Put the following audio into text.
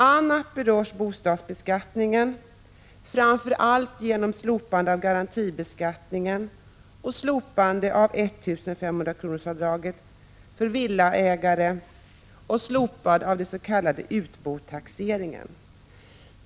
a. berörs bostadsbeskattningen — framför allt genom slopandet av garantibeskattningen, slopandet av 1 500-kronorsavdraget för villaägare och slopandet av dens.k. utbotaxeringen.